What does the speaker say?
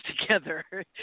together